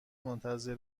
منتظر